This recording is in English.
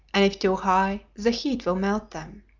and if too high the heat will melt them.